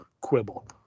quibble